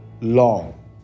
long